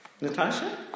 Natasha